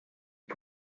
die